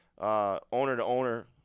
owner-to-owner